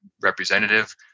representative